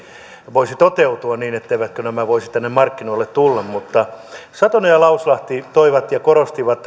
voisi toteutua niin etteivät nämä voisi tänne markkinoille tulla mutta satonen ja lauslahti toivat esiin ja korostivat